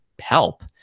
help